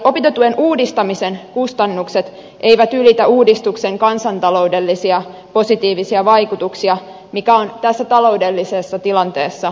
opintotuen uudistamisen kustannukset eivät ylitä uudistuksen kansanta loudellisia positiivisia vaikutuksia mikä on tässä taloudellisessa tilanteessa vastuullista